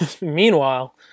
Meanwhile